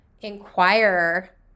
inquire